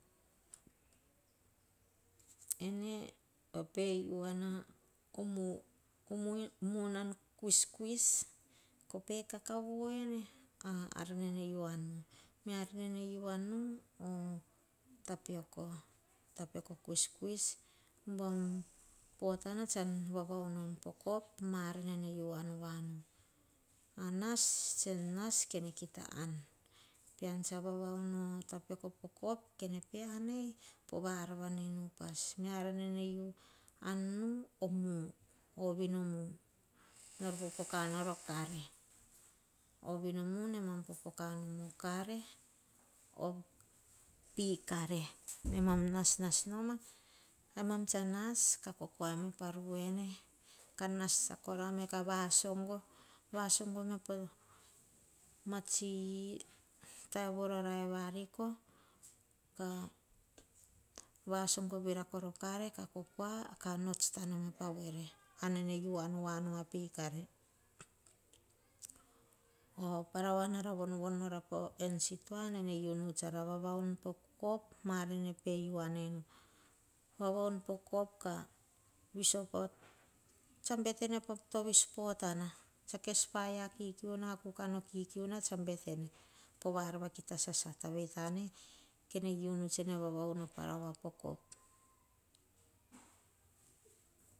Ene vape u an oh mu nan kuiskuis koh pekaka vonene. Ama ar nene u an nu oh tapioko kuiskuis. Meo bon tsan vavavaun em poh kop, nas-tsan nas kene kita an pean tsa vavaun po kop kene pe an ei. Pova ar va nin upas. Ar nene u an nu mu-u ovino mu. Nor popoka nor akare. Ovino mu namam popo kanomo kare, api kare, nemam nasnas noma. Kah kuaeme pa ruene. Ka nas sakorame. Vaso gueme po tsi taim vorae variko. Ka kokua pots tanoeme pa voere. Ane uan voa nu api kare para woa nara vovo nora en stoa. Nene unu tsara vavaun po kop. Tsa bete poh belo potana. Tse paia kikiuna ge boko kikiu. Pova ar vakita sasata, vei tane nene unu tse ne vava un oh para voa po kop.